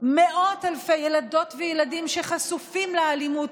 ומאות אלפי ילדות וילדים חשופים לאלימות